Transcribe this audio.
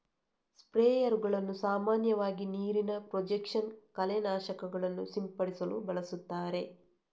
ಸ್ಪ್ರೇಯರುಗಳನ್ನು ಸಾಮಾನ್ಯವಾಗಿ ನೀರಿನ ಪ್ರೊಜೆಕ್ಷನ್ ಕಳೆ ನಾಶಕಗಳನ್ನು ಸಿಂಪಡಿಸಲು ಬಳಸುತ್ತಾರೆ